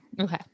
Okay